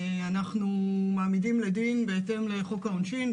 אנחנו מעמידים לדין בהתאם לחוק העונשין,